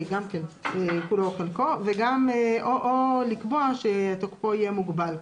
גם כן כולו או חלקו, או לקבוע שתוקפו יהיה מוגבל.